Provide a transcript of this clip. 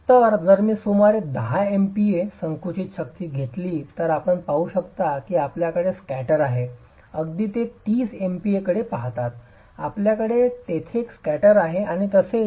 तर जर मी सुमारे 10 एमपीएची संकुचित शक्ती घेतली तर आपण पाहू शकता की आपल्याकडे स्कॅटर आहे अगदी ते 30 एमपीए कडे पाहतात आपल्याकडे तेथे एक स्कॅटर आहे आणि असेच